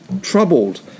troubled